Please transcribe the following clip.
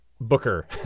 booker